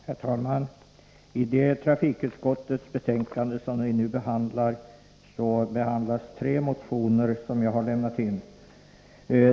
Herr talman! I det trafikutskottsbetänkande som vi nu diskuterar behandlas tre motioner som jag har lämnat in.